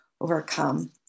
overcome